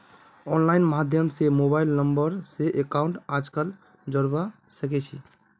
online माध्यम स mobile number स अकाउंटक आजकल जोडवा सके छी